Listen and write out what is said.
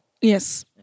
Yes